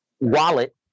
wallet